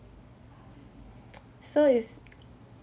so is